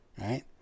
right